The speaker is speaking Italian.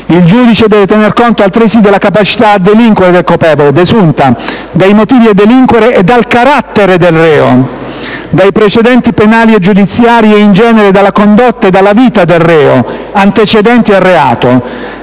Il giudice deve tener conto, altresì, della capacità a delinquere del colpevole, desunta: 1) dai motivi a delinquere e dal carattere del reo; 2) dai precedenti penali e giudiziari e, in genere, dalla condotta e dalla vita del reo, antecedenti al reato;